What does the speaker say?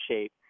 shape